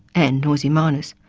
and noisy miners.